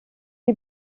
die